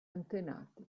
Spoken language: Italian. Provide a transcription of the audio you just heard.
antenati